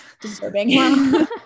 disturbing